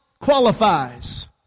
qualifies